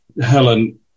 Helen